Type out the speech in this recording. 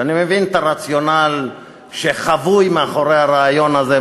כשאני מבין את הרציונל שחבוי מאחורי הרעיון הזה,